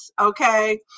Okay